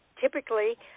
Typically